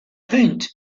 paint